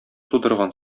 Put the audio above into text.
тудырган